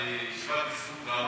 בישיבת הנשיאות,